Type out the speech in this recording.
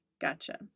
Gotcha